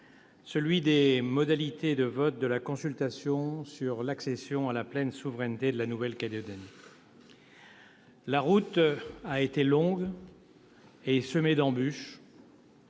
celui des modalités de la consultation sur l'accession à la pleine souveraineté de la Nouvelle-Calédonie. La route a été longue et semée d'embûches.